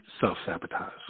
self-sabotage